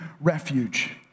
refuge